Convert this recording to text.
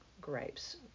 grapes